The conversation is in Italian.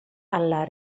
alla